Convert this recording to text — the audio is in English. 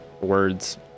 words